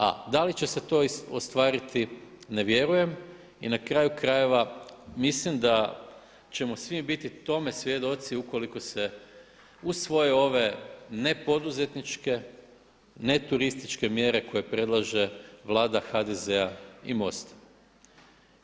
A da li će se to ostvariti ne vjerujem i na kraju krajeva mislim da ćemo svi biti tome svjedoci ukoliko se uz svoje ove ne poduzetničke, ne turističke mjere koje predlaže Vlada HDZ-a i MOST-a.